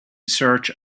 search